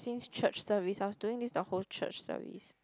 since church service I was doing this the whole church service